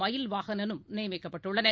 மயில்வாகணனும் நியமிக்கப்பட்டுள்ளனர்